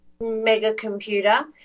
mega-computer